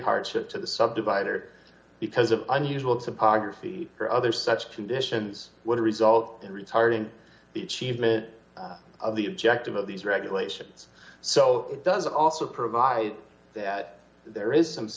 hardship to the sub divider because of unusual topography or other such conditions would result in retired in the achievement of the objective of these regulations so it does also provide that there is some